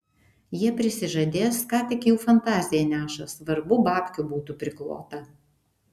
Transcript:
jie prisižadės ką tik jų fantazija neša svarbu babkių būtų priklota